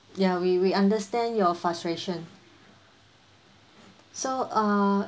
ya we we understand your frustration so uh